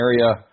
area